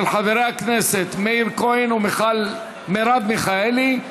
של חברי הכנסת מאיר כהן ומרב מיכאלי.